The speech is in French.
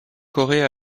corée